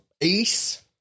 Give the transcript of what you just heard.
ace